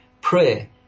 prayer